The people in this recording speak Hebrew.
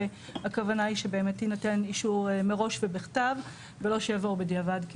הכוונה היא שבאמת יינתן אישור מראש ובכתב ולא שיבואו בדיעבד,